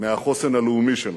מהחוסן הלאומי שלנו.